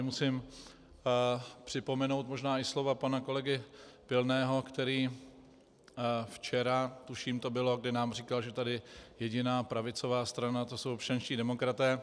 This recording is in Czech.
Musím tady připomenout možná i slova pana kolegy Pilného, který, včera tuším to bylo, nám říkal, že tady je jediná pravicová strana, to jsou občanští demokraté.